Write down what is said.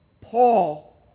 Paul